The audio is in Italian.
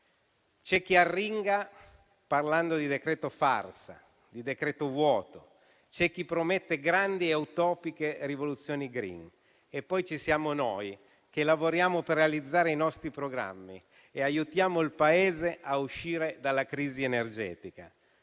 C'è chi arringa parlando di decreto farsa, di decreto vuoto, c'è chi promette grandi e utopiche rivoluzioni *green* e poi ci siamo noi, che lavoriamo per realizzare i nostri programmi e aiutiamo il Paese a uscire dalla crisi energetica.